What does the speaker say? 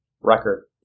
record